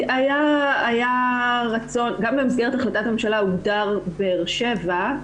גם במסגרת החלטת ממשלה הוגדר באר-שבע,